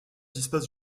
dispose